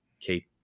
keep